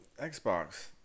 Xbox